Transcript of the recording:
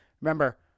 remember